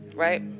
Right